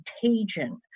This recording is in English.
contagion